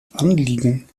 anliegen